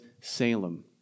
Salem